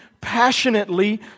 passionately